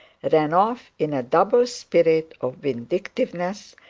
ran off in a double spirit of vindictiveness,